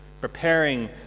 preparing